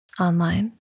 online